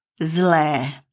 Zle